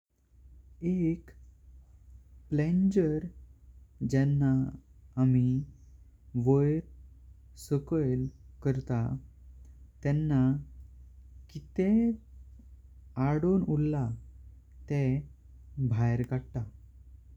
एक प्लांजर जेना आमी वायार सकायल करता। तेन्न कित्तें आदों उला ते भायर काता।